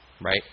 right